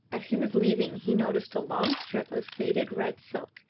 as he was leaving he noticed a long strip of faded red silk,